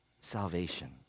salvation